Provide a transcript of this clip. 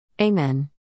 Amen